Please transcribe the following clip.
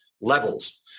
levels